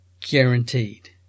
guaranteed